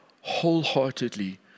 wholeheartedly